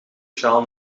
sjaal